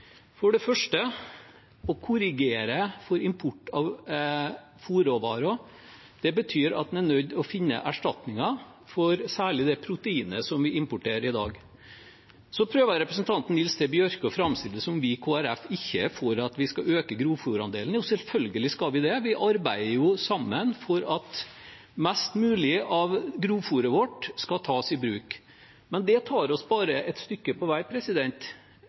For det første: Å korrigere for import av fôrråvarer betyr at en er nødt til å finne erstatninger, særlig for det proteinet som vi importerer i dag. Representanten Nils T. Bjørke prøver å framstille det som om vi i Kristelig Folkeparti ikke er for at vi skal øke grovfôrandelen. Jo, selvfølgelig skal vi det. Vi arbeider jo sammen for at mest mulig av grovfôret vårt skal tas i bruk, men det tar oss bare et stykke på vei.